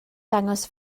dangos